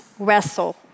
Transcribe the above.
wrestle